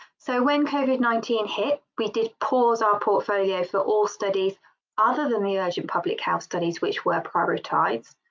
so when covid nineteen hit we did pause our portfolio for all studies other than the urgent public health studies which were prioritized.